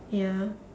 ya